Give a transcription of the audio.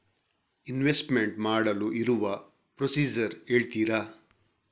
Investment ಮಾಡಲು ಇರುವ procedure ಹೇಳ್ತೀರಾ?